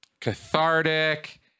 cathartic